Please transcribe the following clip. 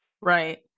Right